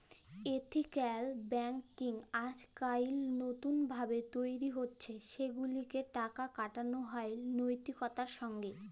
ethical banking আইজকাইল লতুল ভাবে তৈরি হছে সেগুলাতে টাকা খাটালো হয় লৈতিকতার সঙ্গে